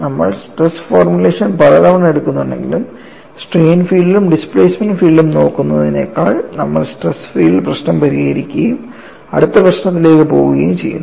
നമ്മൾ stress formulation പലതവണ എടുക്കുന്നുണ്ടെങ്കിലും സ്ട്രെയിൻ ഫീൽഡും ഡിസ്പ്ലേസ്മെൻറ് ഫീൽഡും നോക്കുന്നതിനേക്കാൾ നമ്മൾ സ്ട്രെസ് ഫീൽഡ് പ്രശ്നം പരിഹരിക്കുകയും അടുത്ത പ്രശ്നത്തിലേക്ക് പോകുകയും ചെയ്യുന്നു